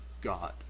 God